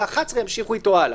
ועם 11 ימשיכו הלאה.